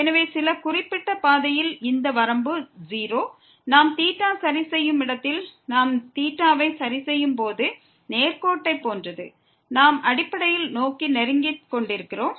எனவே சில குறிப்பிட்ட பாதையில் இந்த வரம்பு 0 நாம் θவை சரி செய்யும் இடத்தில் நாம் θ வை சரிசெய்யும்போது அது நேர்கோட்டைப் போன்றது நாம் அடிப்படையில் அதை நோக்கி நெருங்கிக் கொண்டிருக்கிறோம்